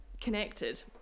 connected